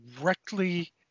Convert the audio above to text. directly